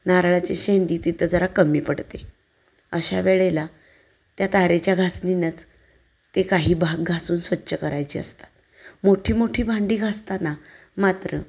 नारळाची शेंदी तिथं जरा कमी पडते अशा वेळेला त्या तारेच्या घासणीनंच ते काही भाग घासून स्वच्छ करायची असतात मोठी मोठी भांडी घासताना मात्र